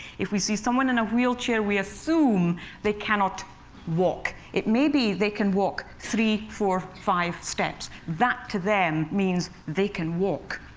if we see someone in a wheelchair, we assume they cannot walk. it may be that they can walk three, four, five steps. that, to them, means they can walk.